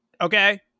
okay